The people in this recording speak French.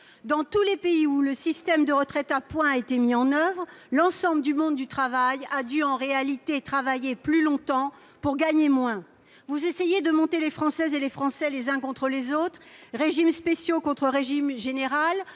dans tous les pays où le système de retraite par points a été mis en oeuvre, l'ensemble du monde du travail a dû travailler plus longtemps pour gagner moins. Vous essayez de monter les Françaises et les Français les uns contre les autres- régimes spéciaux contre régime général,